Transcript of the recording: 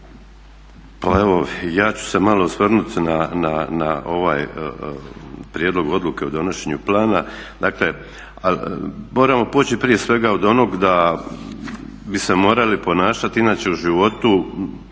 Pa evo i ja ću se malo osvrnuti na ovaj prijedlog odluke o donošenju plana. Dakle, ali moramo poći prije svega od onog da bi se morali ponašati inače u životu